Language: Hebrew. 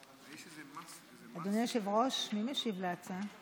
אדוני היושב-ראש, מי משיב להצעה?